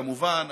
כמובן,